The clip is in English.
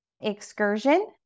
excursion